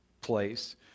place